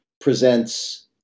presents